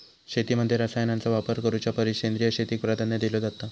शेतीमध्ये रसायनांचा वापर करुच्या परिस सेंद्रिय शेतीक प्राधान्य दिलो जाता